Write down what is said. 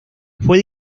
fue